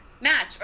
match